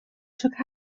took